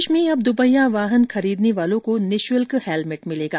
प्रदेश में अब दुपहिया वाहन खरीदने वालों को निःशुल्क हेलमेट मिलेगा